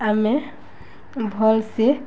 ଆମେ ଭଲ୍ସେେ